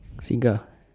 single